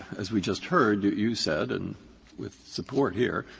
as we just heard, you said, and with support here,